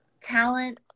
talent